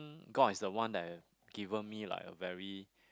God is the one that have given me like a very